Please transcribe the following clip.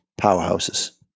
powerhouses